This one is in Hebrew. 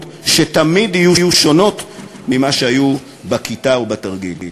שתמיד יהיו שונות ממה שהיה בכיתה או בתרגיל.